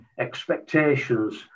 expectations